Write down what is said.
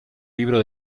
libro